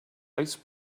ice